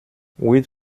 huit